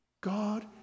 God